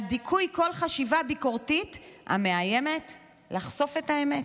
דיכוי כל חשיבה ביקורתית המאיימת לחשוף את האמת.